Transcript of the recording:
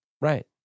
Right